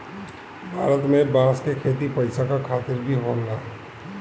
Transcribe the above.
भारत में बांस क खेती पैसा के खातिर भी होला